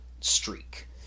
streak